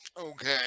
Okay